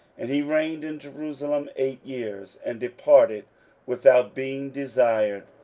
and he reigned in jerusalem eight years, and departed without being desired.